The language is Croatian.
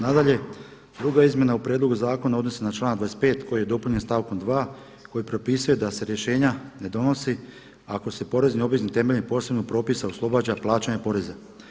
Nadalje, druga izmjena u prijedlogu zakona odnosi se na član 25. koji je dopunjen stavkom 2 koji propisuje da se rješenja ne donosi ako se porezni obveznik temeljem posebnog propisa oslobađa plaćanja poreza.